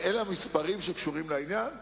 כדי שתוכל לדחות את הדיון בתקציב.